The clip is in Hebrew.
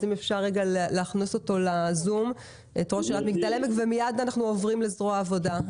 אם אפשר רגע להכניס אותו לזום ומייד נעבור לזרוע העבודה.